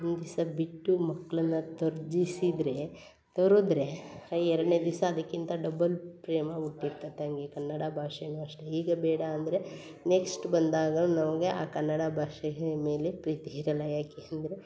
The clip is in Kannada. ಒಂದು ದಿವಸ ಬಿಟ್ಟು ಮಕ್ಕಳನ್ನ ತೊರ್ಜುಸಿದ್ರೆ ತೊರೆದ್ರೆ ಎರಡನೇ ದಿವಸ ಅದಕ್ಕಿಂತ ಡಬಲ್ ಪ್ರೇಮ ಹುಟ್ಟಿರ್ತದೆ ಹಾಗೆ ಕನ್ನಡ ಭಾಷೆಯೂ ಅಷ್ಟೇ ಈಗ ಬೇಡ ಅಂದರೆ ನೆಕ್ಸ್ಟ್ ಬಂದಾಗ ನಮಗೆ ಆ ಕನ್ನಡ ಭಾಷೆ ಮೇಲೆ ಪ್ರೀತಿ ಇರಲ್ಲ ಯಾಕೆ ಅಂದ್ರೆ